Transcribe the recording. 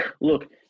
Look